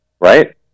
right